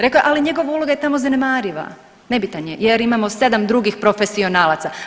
Rekao je, ali njegova uloga je tamo zanemariva, nebitan je jer imamo sedam drugih profesionalaca.